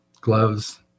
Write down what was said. gloves